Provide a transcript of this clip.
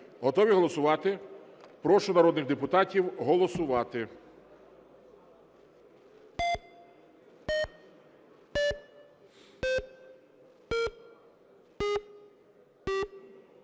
Готові голосувати? Прошу народних депутатів голосувати.